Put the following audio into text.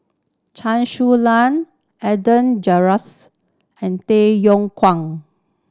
Chen Su Lan Adan and Tay Yong Kwang